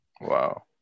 Wow